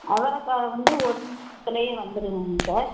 அவரக்காய் வந்து ஒரு மாசத்துலேயே வந்துருங்க சார்